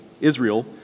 Israel